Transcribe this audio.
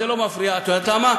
שואל אתכם שאלה: